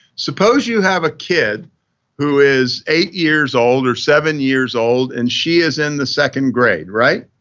suppose you have a kid who is eight years old or seven years old and she is in the second grade, right?